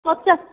ପଚା